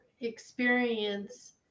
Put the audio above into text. experience